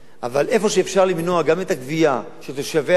אבל כשאפשר למנוע גם את הגבייה מתושבי העיר,